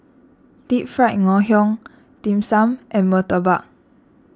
Deep Fried Ngoh Hiang Dim Sum and Murtabak